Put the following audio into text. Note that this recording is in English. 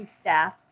staff